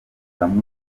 bamwe